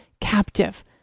captive